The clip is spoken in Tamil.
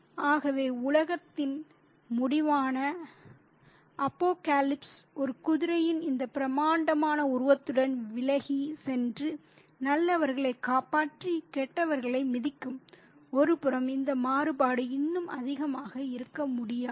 ஆகவே உலகத்தின் முடிவான அபோகாலிப்ஸ் ஒரு குதிரையின் இந்த பிரமாண்ட உருவத்துடன் விலகிச் சென்று நல்லவர்களைக் காப்பாற்றி கெட்டவர்களை மிதிக்கும் ஒருபுறம் இந்த மாறுபாடு இன்னும் அதிகமாக இருக்க முடியாது